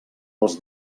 als